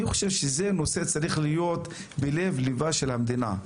אני חושב שזה נושא שצריך להיות בלב ליבה של המדינה,